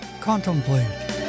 Contemplate